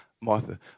Martha